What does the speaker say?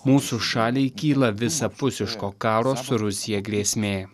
mūsų šaliai kyla visapusiško karo su rusija grėsmė